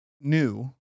new